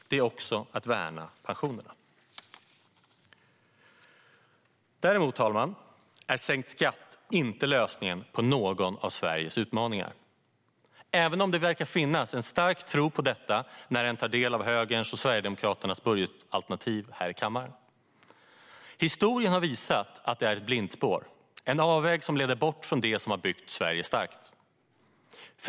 Detta är också att värna pensionerna. Däremot, fru talman, är sänkt skatt inte lösningen på någon av Sveriges utmaningar, även om en ser att det verkar finnas en stark tro på detta när en tar del av högerns och Sverigedemokraternas budgetalternativ här i kammaren. Historien har visat att det är ett blindspår - en avväg som leder bort från det som har byggt Sverige starkt.